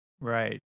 Right